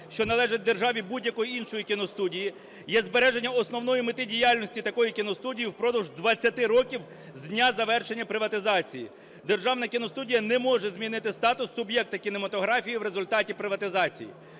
що належать державі будь-якої іншої кіностудії, є збереження основної мети діяльності такої кіностудії впродовж 20 років з дня завершення приватизації. Державна кіностудія не може змінити статус суб'єкта кінематографії в результаті приватизації.